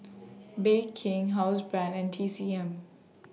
Bake King Housebrand and T C M